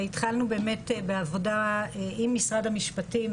התחלנו באמת בעבודה עם משרד המשפטים,